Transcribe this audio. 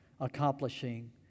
accomplishing